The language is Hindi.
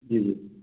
जी जी